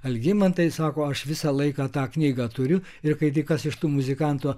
algimantai sako aš visą laiką tą knygą turiu ir kai tik kas iš tų muzikantų